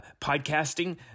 podcasting